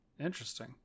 Interesting